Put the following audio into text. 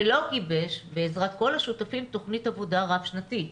ולא גיבש בעזרת כל השותפים תכנית עבודה רב-שנתית.